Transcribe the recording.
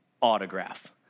autograph